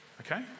Okay